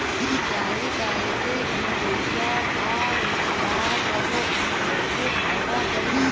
चाही त एके एहुंगईया खा ल तबो इ बहुते फायदा करी